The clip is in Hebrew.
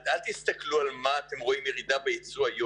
לא צריך להסתכל על הירידה שאתם רואים בייצוא היום,